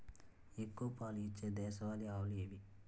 ఎక్కువ పాలు ఇచ్చే దేశవాళీ ఆవులు ఏవి?